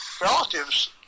relatives